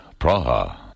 Praha